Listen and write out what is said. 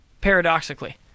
paradoxically